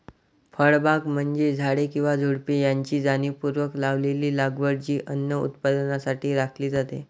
फळबागा म्हणजे झाडे किंवा झुडुपे यांची जाणीवपूर्वक लावलेली लागवड जी अन्न उत्पादनासाठी राखली जाते